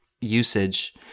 usage